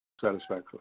satisfactorily